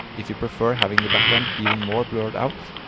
if you prefer having the background even more blurred out,